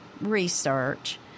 research